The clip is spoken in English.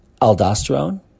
aldosterone